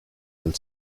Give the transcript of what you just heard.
del